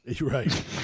right